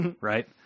right